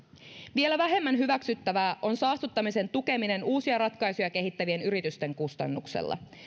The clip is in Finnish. vielä vähemmän hyväksyttävää on saastuttamisen tukeminen uusia ratkaisuja kehittävien yritysten kustannuksella